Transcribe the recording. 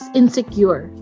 insecure